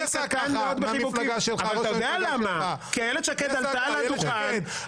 כי איילת שקד עלתה על הדוכן,